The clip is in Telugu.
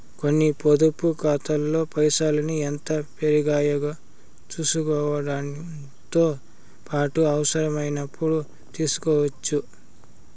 కొన్ని పొదుపు కాతాల్లో పైసల్ని ఎంత పెరిగాయో సూసుకోవడముతో పాటు అవసరమైనపుడు తీస్కోవచ్చు